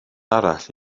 arall